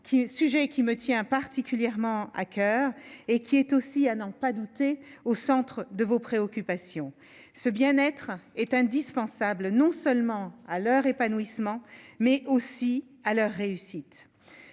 sujet qui me tient particulièrement à coeur et qui est aussi à n'en pas douter, au centre de vos préoccupations ce bien-être est indispensable non seulement. à leur épanouissement mais aussi à leur réussite